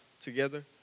together